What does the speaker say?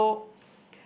so